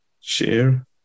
share